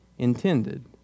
intended